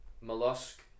Mollusk